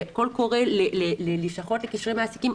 שקול קורא ללשכות לקשרי מעסיקים,